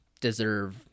deserve